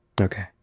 Okay